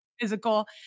physical